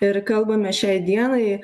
ir kalbame šiai dienai